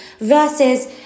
versus